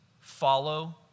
Follow